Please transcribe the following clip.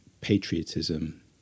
patriotism